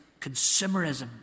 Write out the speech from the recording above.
consumerism